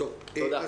תודה.